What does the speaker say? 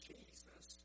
Jesus